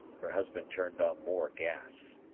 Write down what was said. her husband turned on more gas.